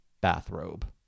bathrobe